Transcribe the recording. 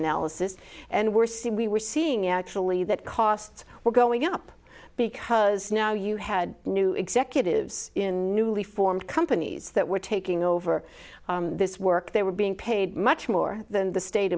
analysis and we're seeing we were seeing actually that costs were going up because now you had new executives in newly formed companies that were taking over this work they were being paid much more than the state